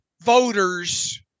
voters